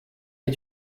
est